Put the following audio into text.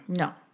No